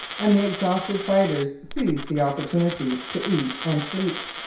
and the exhausted fighters seized the opportunity to eat and sleep.